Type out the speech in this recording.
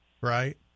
right